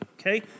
okay